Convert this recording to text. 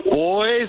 Boys